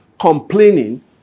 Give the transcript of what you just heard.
complaining